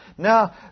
Now